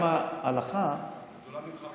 גם ההלכה, גדולה ממך וממני.